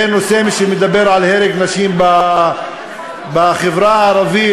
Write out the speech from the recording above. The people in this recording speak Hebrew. זה נושא שמדבר על הרג נשים בחברה הערבית.